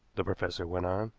the professor went on.